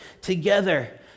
together